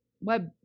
web